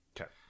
Okay